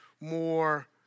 more